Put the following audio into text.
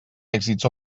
èxits